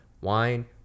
wine